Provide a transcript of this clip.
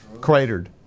Cratered